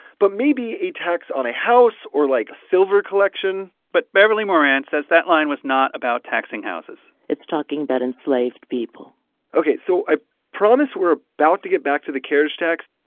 but maybe a tax on a house or, like, silver collection but beverly moran says that line was not about taxing houses it's talking about enslaved people ok. so i promise we're about to get back to the carriage tax,